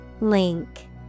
Link